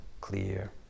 clear